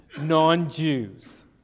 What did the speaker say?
non-Jews